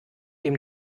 dem